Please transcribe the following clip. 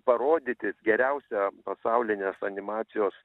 parodyti geriausią pasaulinės animacijos